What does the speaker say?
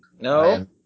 No